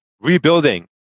rebuilding